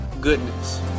Goodness